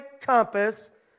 compass